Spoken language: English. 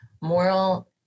moral